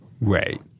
Right